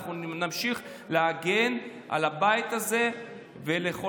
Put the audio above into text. אנחנו נמשיך להגן על הבית הזה ועל כל